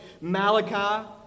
Malachi